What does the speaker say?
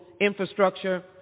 infrastructure